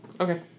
Okay